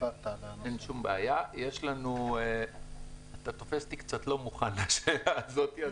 אתה תופס אותי קצת לא מוכן בשאלה הזאת.